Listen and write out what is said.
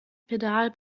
pedal